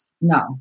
No